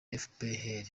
fpr